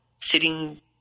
sitting